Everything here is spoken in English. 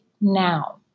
now